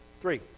Three